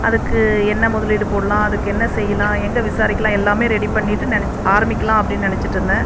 அதுக்கு என்ன முதலீடு போடலாம் அதுக்கு என்ன செய்யலாம் எங்கே விசாரிக்கலாம் எல்லாமே ரெடி பண்ணிட்டு நினச் ஆரம்பிக்கலாம் அப்படின்னு நினச்சிட்டு இருந்தேன்